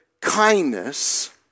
kindness